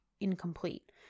incomplete